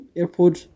airport